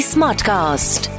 Smartcast